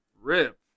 rip